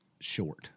short